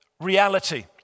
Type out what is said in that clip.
reality